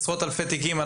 עשרות אלפי תיקים.